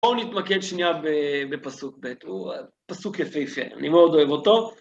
בואו נתמקד שנייה בפסוק ב, הוא פסוק יפהפה, אני מאוד אוהב אותו.